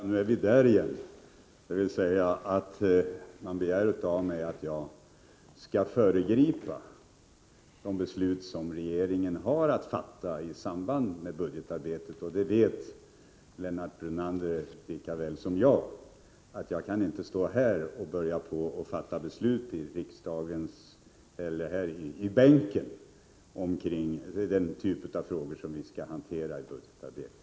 Herr talman! Jag höll på att säga: Nu är vi där igen! Man begär av mig att jag skall föregripa de beslut som regeringen har att fatta i samband med budgetarbetet. Lennart Brunander vet mycket väl att jag inte kan stå här i bänken och fatta beslut i den typ av frågor som vi skall hantera i budgetarbetet.